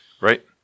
Right